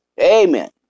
Amen